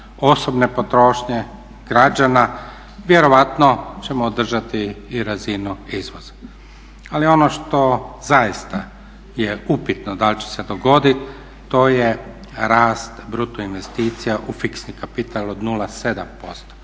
osobne potrošnje građana. Vjerojatno ćemo održati i razinu izvoza. Ali ono što zaista je upitno da li će se dogoditi to je rast bruto investicija u fiksni kapital od 0,7%.